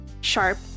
sharp